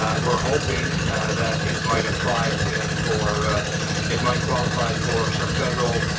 ah we're hoping that it might apply for it might qualify for some federal